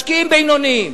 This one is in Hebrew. משקיעים בינוניים,